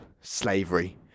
slavery